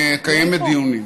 מקיימת בו דיונים?